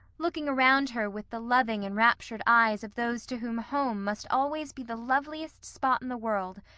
looking around her with the loving, enraptured eyes of those to whom home must always be the loveliest spot in the world,